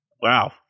Wow